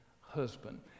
husband